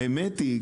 האמת היא,